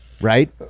Right